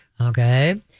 Okay